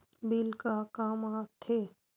Bill का काम आ थे?